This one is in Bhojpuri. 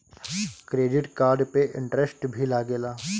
क्रेडिट कार्ड पे इंटरेस्ट भी लागेला?